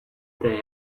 they